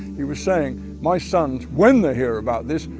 he was saying, my sons, when they hear about this,